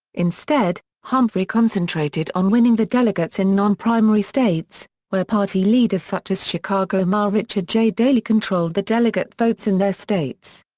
instead, humphrey concentrated on winning the delegates in non-primary states, where party leaders such as chicago mayor richard j. daley controlled the delegate votes in their states.